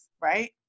right